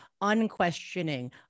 unquestioning